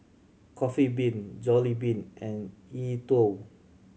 Coffee Bean Jollibean and E Twow